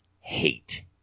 hate